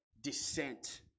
descent